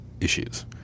issues